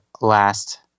last